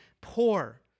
poor